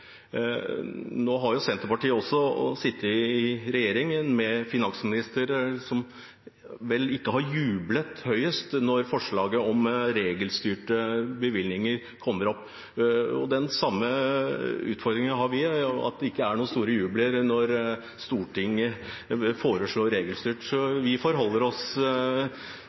Nå har jo også Senterpartiet sittet i regjering med en finansminister som vel ikke jublet høyest da forslag om regelstyrte bevilgninger kom opp. Den samme utfordringen har vi – det er ikke noen stor jubel når Stortinget foreslår regelstyrt. Så vi forholder oss